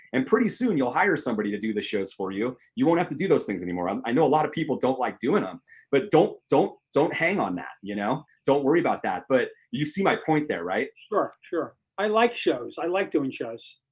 and pretty soon, you'll hire somebody to do the shows for you, you won't have to do those things anymore. um i know a lot of people don't like doing em but don't don't hang on that. you know don't worry about that. but you see my point there, right? sure, sure. i like shows. i like doing shows.